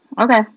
Okay